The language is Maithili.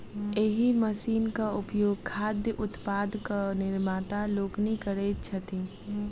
एहि मशीनक उपयोग खाद्य उत्पादक निर्माता लोकनि करैत छथि